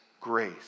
grace